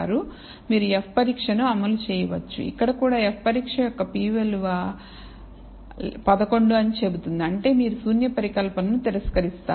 మీరు f పరీక్షను అమలు చేయవచ్చు ఇక్కడ కూడా f పరీక్ష యొక్క p విలువ 11 అని చెబుతుంది అంటే మీరు శూన్య పరికల్పనను తిరస్కరిస్తారు